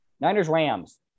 Niners-Rams